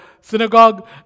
synagogue